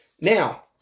Now